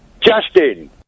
Justin